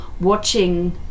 watching